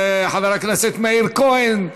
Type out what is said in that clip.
חבר הכנסת מאיר כהן,